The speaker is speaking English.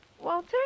Walter